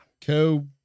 co